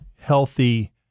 healthy